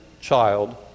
child